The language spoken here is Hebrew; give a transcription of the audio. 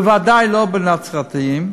בוודאי לא בנצרתיים,